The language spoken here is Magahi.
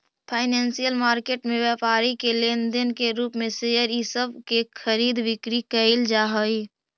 फाइनेंशियल मार्केट में व्यापारी के लेन देन के रूप में शेयर इ सब के खरीद बिक्री कैइल जा हई